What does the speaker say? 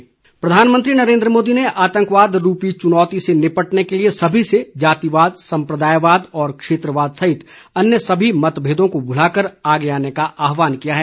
मन की बात प्रधानमंत्री नरेन्द्र मोदी ने आतंकवाद रूपी चुनौती से निपटने के लिए सभी से जातिवाद संप्रदायवाद क्षेत्रवाद सहित अन्य सभी मतभेदों को भुलाकर आगे आने का आहवान किया है